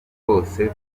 kose